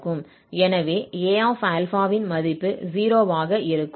எனவே Aα ன் மதிப்பு 0 ஆக இருக்கும்